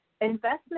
investment